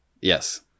Yes